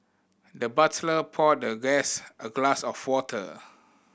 the butler poured the guest a glass of water